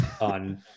on